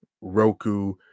Roku